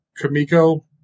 Kamiko